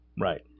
Right